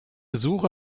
suche